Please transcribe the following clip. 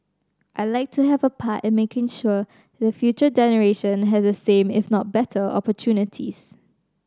I'd like to have a part in making sure the future generation has the same if not better opportunities